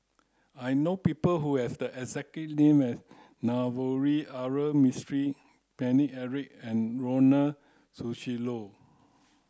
I know people who have the exact name as Navroji R Mistri Paine Eric and Ronald Susilo